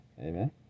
amen